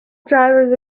drivers